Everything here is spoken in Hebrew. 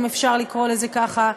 אם אפשר לקרוא לזה ככה,